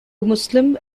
muslim